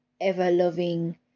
ever-loving